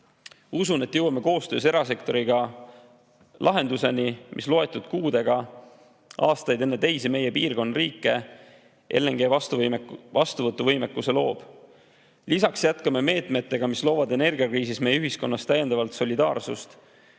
usun, et jõuame koostöös erasektoriga lahenduseni, mis loetud kuudega, aastaid enne teisi meie piirkonna riike LNG vastuvõtu võimekuse loob. Lisaks jätkame meetmeid, mis loovad energiakriisis meie ühiskonnas täiendavalt solidaarsust,